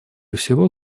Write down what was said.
всего